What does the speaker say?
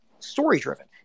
story-driven